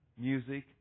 music